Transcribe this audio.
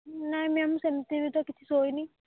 ନାହିଁ ମ୍ୟାମ୍ ମୁଁ ସେମିତି ବି ତ କିଛି ଶୋଇନି